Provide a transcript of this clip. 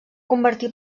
convertir